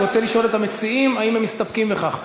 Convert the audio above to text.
אני רוצה לשאול את המציעים אם הם מסתפקים בכך.